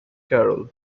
carol